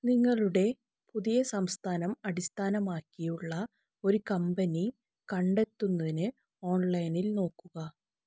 നിങ്ങളുടെ പുതിയ സംസ്ഥാനം അടിസ്ഥാനമാക്കിയുള്ള ഒരു കമ്പനി കണ്ടെത്തുന്നതിന് ഓൺലൈനിൽ നോക്കുക